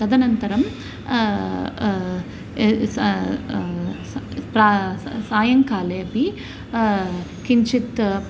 तदनन्तरं स प्रा स सायङ्काले अपि किञ्चित्